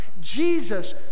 Jesus